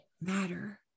matter